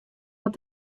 wat